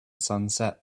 sunset